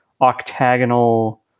octagonal